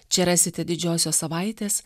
čia rasite didžiosios savaitės